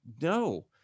no